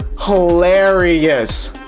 hilarious